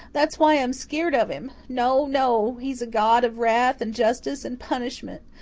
that's why i'm skeered of him. no, no. he's a god of wrath and justice and punishment.